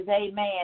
amen